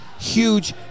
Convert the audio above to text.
huge